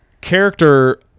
character